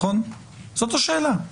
זאת השאלה.